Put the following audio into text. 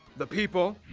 the people!